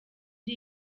iri